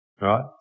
right